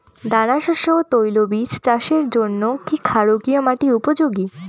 দানাশস্য ও তৈলবীজ চাষের জন্য কি ক্ষারকীয় মাটি উপযোগী?